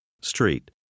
Street